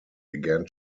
began